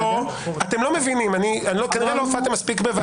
ולכן חשבתי שזה קשור בדיוק לאור השאלה של יואב,